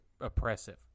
oppressive